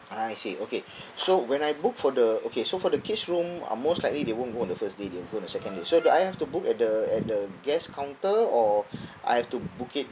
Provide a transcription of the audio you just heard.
I see okay so when I book for the okay so for the kid's room uh most likely they won't go on the first day they'll go on the second day so do I have to book at the at the guest counter or I have to book it